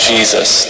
Jesus